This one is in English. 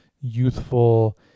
youthful